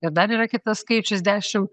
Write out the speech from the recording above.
ir dar yra kitas skaičius dešim